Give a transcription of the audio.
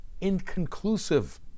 inconclusive